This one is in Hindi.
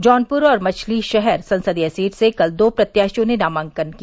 जौनपुर और मछली शहर संसदीय सीट से कल दो प्रत्याशियों ने नामांकन किया